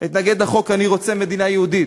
אתנגד לחוק כי אני רוצה מדינה יהודית,